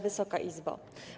Wysoka Izbo!